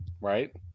right